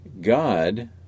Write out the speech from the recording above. God